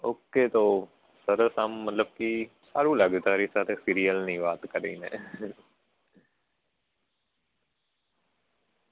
okay તો સરસ આમ મતલબ કી સારું લાગે તારી સાથે સિરિયલની વાત કરીને